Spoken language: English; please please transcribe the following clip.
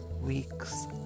weeks